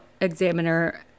Examiner